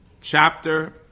chapter